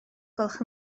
gwelwch